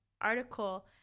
article